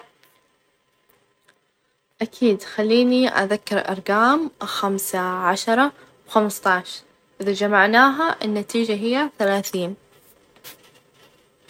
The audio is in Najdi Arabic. أعتقد إني أقدر أكتم نفسي تحت الماء لمدة حوالي ثلاثين إلى أربعين ثانية، طبعًا هذا يعتمد على القدرة على التنفس، والتحمل، بعظ الناس -يمكنهم الب- يمكنهم يعني يجلسون فترة طويلة بالتدريب، لكن بالنسبة ليا هالمدة كافية.